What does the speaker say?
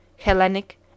Hellenic